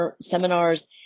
seminars